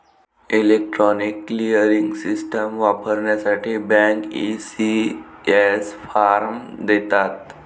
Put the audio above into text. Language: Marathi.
इलेक्ट्रॉनिक क्लिअरिंग सिस्टम वापरण्यासाठी बँक, ई.सी.एस फॉर्म देतात